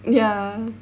ya